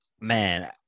man